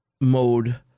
Mode